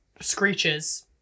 screeches